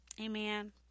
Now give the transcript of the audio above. Amen